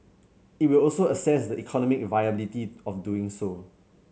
it will also assess the economic viability of doing so